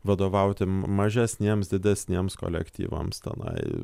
vadovauti m mažesniems didesniems kolektyvams tenai